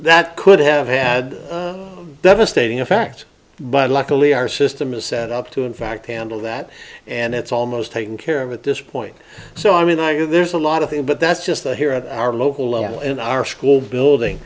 that could have had devastating effect but luckily our system is set up to in fact handle that and it's almost taken care of at this point so i mean i you know there's a lot of things but that's just the here at our local level in our school building